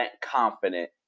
confident